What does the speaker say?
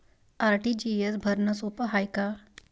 RTGS भरनं सोप हाय का?